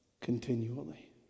continually